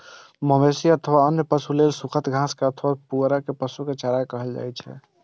मवेशी अथवा अन्य पशु लेल सूखल घास अथवा पुआर कें पशु चारा कहल जाइ छै